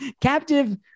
Captive